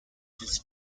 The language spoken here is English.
his